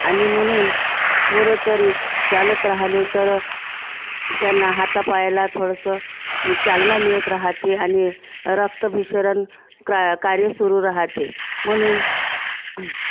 आणि म्हणून थोडं तरी चालत राहले तर त्यांना हातापायाला थोडंसं चालना मिळत राहते आणि रक्तभिसरन क्र कार्य सुरू राहाते म्हणून